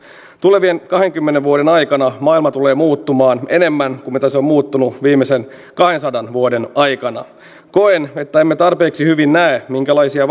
tulevien kahdenkymmenen vuoden aikana maailma tulee muuttumaan enemmän kuin se on muuttunut viimeisen kahdensadan vuoden aikana koen että emme tarpeeksi hyvin näe minkälaisia